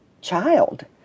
child